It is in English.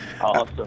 awesome